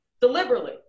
Deliberately